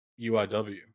UIW